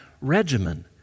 regimen